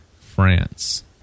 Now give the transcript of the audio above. France